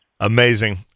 Amazing